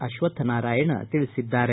ಅಶ್ವಕ್ತನಾರಾಯಣ್ ತಿಳಿಸಿದ್ದಾರೆ